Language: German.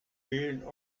fehlen